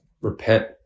repent